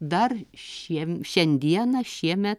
dar šiem šiandieną šiemet